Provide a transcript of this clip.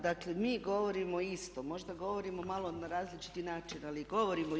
Dakle, mi govorimo isto, možda govorimo malo na različiti način ali govorimo isto.